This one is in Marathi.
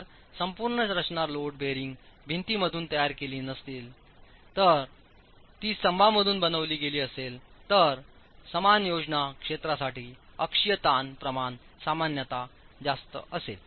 जर संपूर्ण रचना लोड बेअरिंग भिंतींमधून तयार केली नसली जर ती स्तंभांमधून बनविली गेली असेल तर समान योजना क्षेत्रासाठी अक्षीय ताण प्रमाण सामान्यत जास्त असेल